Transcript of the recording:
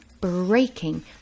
breaking